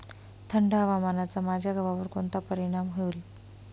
थंड हवामानाचा माझ्या गव्हावर कोणता परिणाम होईल?